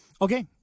Okay